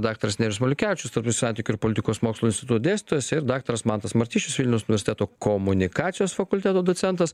daktaras nerijus maliukevičius tarpnių santykių ir politikos mokslų instituto dėstytojas daktaras mantas martišius vilnius universteto komunikacijos fakulteto docentas